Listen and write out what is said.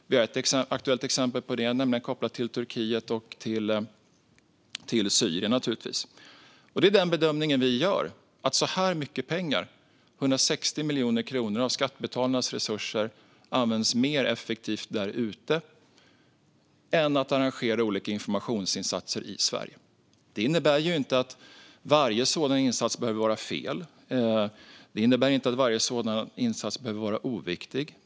Ett aktuellt exempel på det gäller naturligtvis Turkiet och Syrien. Den bedömning vi gör är att så här mycket pengar, 160 miljoner kronor av skattebetalarnas resurser, används mer effektivt "där ute" än genom att man arrangerar olika informationsinsatser i Sverige. Det innebär inte att varje sådan insats behöver vara felaktig eller oviktig.